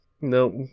Nope